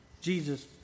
Jesus